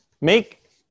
Make